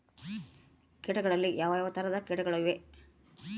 ಕೇಟಗಳಲ್ಲಿ ಯಾವ ಯಾವ ತರಹದ ಕೇಟಗಳು ಇವೆ?